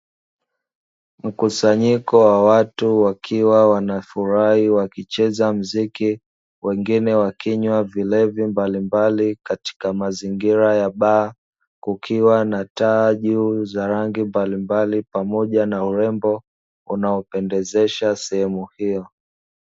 Mkusanyiko wa watu wakiwa wanafurahi wakicheza mziki, wengine wakinywa vilevi mbalimbali katika mazingira ya baa. Kukiwa na taa juu za rangi mbalimbali pamoja na urembo, unaopendezesha sehemu hiyo.